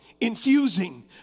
infusing